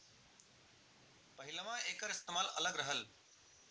पहिलवां एकर इस्तेमाल अलग रहल